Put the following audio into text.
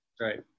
Right